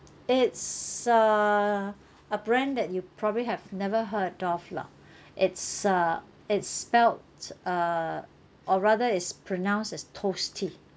it's uh a brand that you probably have never heard of lah it's uh it's spelt uh or rather is pronounced as toasty